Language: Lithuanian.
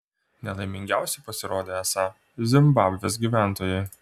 nelaimingiausi pasirodė esą zimbabvės gyventojai